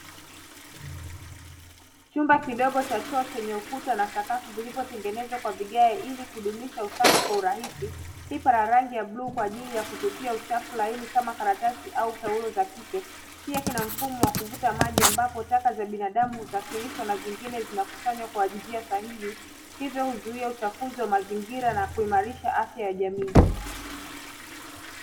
Chumba kidogo cha choo chenye ukuta na sakafu vilivyotengenezwa kwa vigae ili kudumisha usafi kwa urahisi pipa la rangi ya blue kwa ajili ya kutupia uchafu laini kama karatasi au taulo za kike pia kina mfumo wa kuvuta maji ambapo taka za binaadamu husafirishwa na nyingine zinakusanywa kwa njia sahihi hivyo huzuia uchafuzi wa mazingira na kuimarisha afya ya jamii.